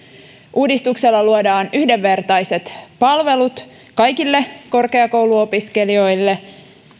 uudistuksella luodaan yhdenvertaiset palvelut kaikille korkeakouluopiskelijoille